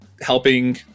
helping